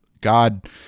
God